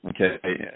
okay